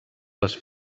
les